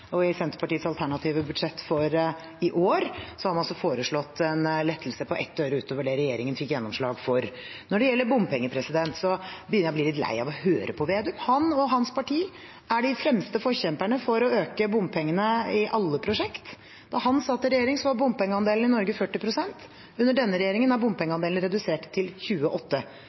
og i Senterpartiets alternative budsjett for i år har man foreslått en lettelse på 1 øre utover det regjeringen fikk gjennomslag for. Når det gjelder bompenger, begynner jeg å bli litt lei av å høre på Slagsvold Vedum. Han og hans parti er de fremste forkjemperne for å øke bompengene i alle prosjekter. Da han satt i regjering, var bompengeandelen i Norge 40 pst. Under denne regjeringen er bompengeandelen redusert til 28.